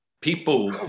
people